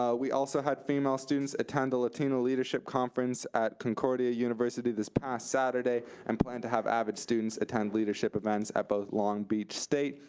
um we also had female students attend the latino leadership conference at concordia university this past saturday and plan to have avid students attend attend leadership events at both long beach state,